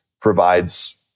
provides